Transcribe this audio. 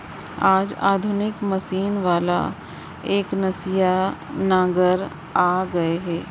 आज आधुनिक मसीन वाला एकनसिया नांगर आ गए हे